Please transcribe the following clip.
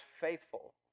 faithful